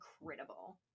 incredible